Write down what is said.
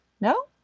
No